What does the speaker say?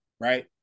right